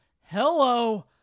hello